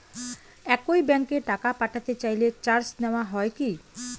একই ব্যাংকে টাকা পাঠাতে চাইলে চার্জ নেওয়া হয় কি?